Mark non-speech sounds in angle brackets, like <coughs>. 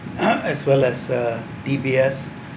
<coughs> and as well as uh D_B_S